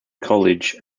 college